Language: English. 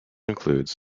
includes